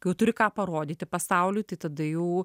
kai jau turi ką parodyti pasauliui tai tada jau